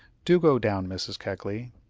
do go down, mrs. keckley,